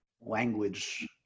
language